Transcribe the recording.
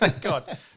God